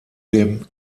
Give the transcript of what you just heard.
dem